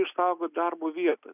išsaugot darbo vietą